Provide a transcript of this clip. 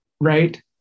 right